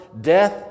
death